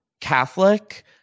Catholic